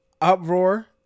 Uproar